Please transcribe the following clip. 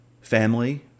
family